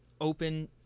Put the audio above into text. open